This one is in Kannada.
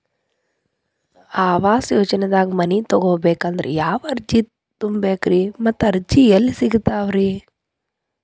ಆವಾಸ ಯೋಜನೆದಾಗ ಮನಿ ತೊಗೋಬೇಕಂದ್ರ ಯಾವ ಅರ್ಜಿ ತುಂಬೇಕ್ರಿ ಮತ್ತ ಅರ್ಜಿ ಎಲ್ಲಿ ಸಿಗತಾವ್ರಿ?